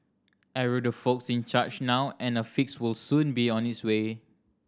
arrow the folks in charge now and a fix will soon be on its way